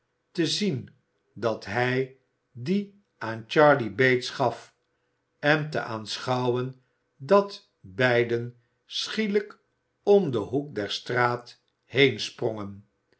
te zien dat hij dien aan charley bates gaf en te aanschouwen dat beiden schielijk om den hoek der straat heensprongen